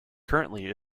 currently